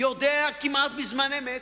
יודע כמעט בזמן אמת.